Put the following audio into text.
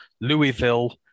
Louisville